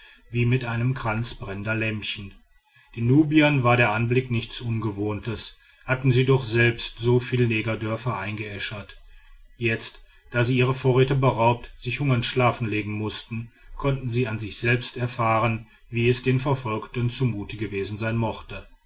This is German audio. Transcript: wie mit einem kranz brennender lämpchen den nubiern war der anblick nichts ungewohntes hatten sie doch selbst soviele negerdörfer eingeäschert jetzt da sie ihrer vorräte beraubt sich hungernd schlafen legen mußten konnten sie an sich selbst erfahren wie es den verfolgten zumute gewesen sein mochte